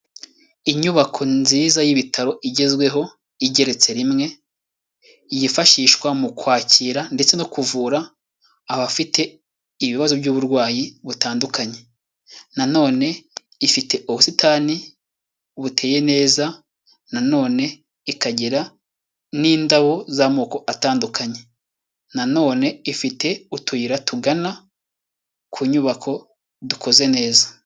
Inyubako nziza y'ibitaro igezweho igeretse rimwe yifashishwa mu kwakira ndetse no kuvura abafite ibibazo by'uburwayi butandukanye na none ifite ubusitani buteye neza na none ikagira n'indabo z'amoko atandukanye na none ifite utuyira tugana ku nyubako dukoze neza.